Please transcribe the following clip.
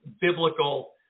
biblical